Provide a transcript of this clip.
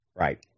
Right